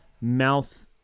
mouth